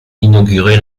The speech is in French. inauguré